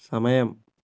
സമയം